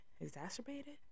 exacerbated